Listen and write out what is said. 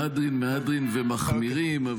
מהדרין מהדרין ומהמחמירים.